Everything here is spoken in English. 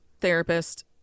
therapist